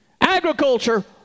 Agriculture